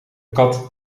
kat